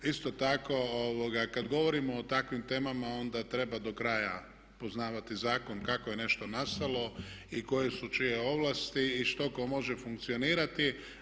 Isto tako kad govorimo o takvim temama onda treba do kraja poznavati zakon kako je nešto nastalo i koje su čije ovlasti i što i tko može funkcionirati.